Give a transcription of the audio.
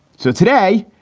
so today,